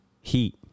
Heat